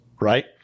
Right